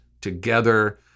together